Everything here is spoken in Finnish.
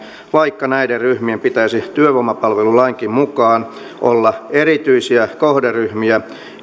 vaikka näiden ryhmien pitäisi työvoimapalvelulainkin mukaan olla erityisiä kohderyhmiä